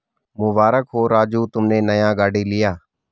मुबारक हो राजू तुमने नया गाड़ी लिया